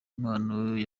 impano